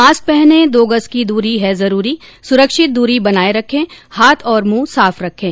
mask पहनें दो गज की दूरी है जरूरी सुरक्षित दूरी बनाए रखें हाथ और मुंह साफ रखें